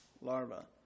larva